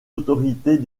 autorités